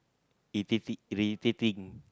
irrit~ irritating